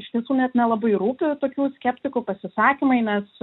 iš tiesų net nelabai rūpi tokių skeptikų pasisakymai nes